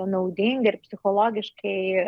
naudinga ir psichologiškai